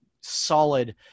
solid